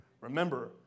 Remember